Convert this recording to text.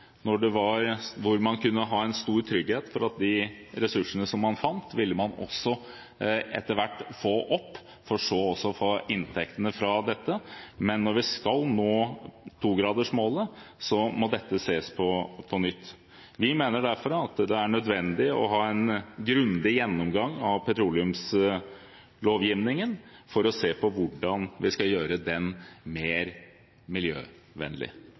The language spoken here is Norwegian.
man kunne ha en stor trygghet for at de ressursene man fant, ville man også etter hvert få opp, for så å få inntektene fra dem, men når vi skal nå togradersmålet, må vi se på dette på nytt. Vi mener derfor at det er nødvendig å ha en grundig gjennomgang av petroleumslovgivningen for å se på hvordan vi skal gjøre den mer miljøvennlig,